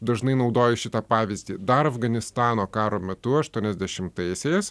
dažnai naudoju šitą pavyzdį dar afganistano karo metu aštuoniasdešimtaisiais